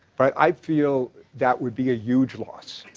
but i feel that would be a huge loss,